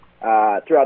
throughout